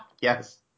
Yes